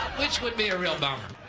which would be a real bummer.